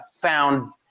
Found